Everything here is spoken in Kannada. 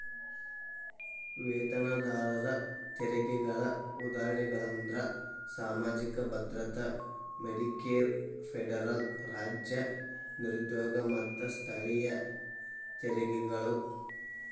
ವೇತನದಾರರ ತೆರಿಗೆಗಳ ಉದಾಹರಣೆಗಳಂದ್ರ ಸಾಮಾಜಿಕ ಭದ್ರತಾ ಮೆಡಿಕೇರ್ ಫೆಡರಲ್ ರಾಜ್ಯ ನಿರುದ್ಯೋಗ ಮತ್ತ ಸ್ಥಳೇಯ ತೆರಿಗೆಗಳು